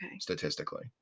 statistically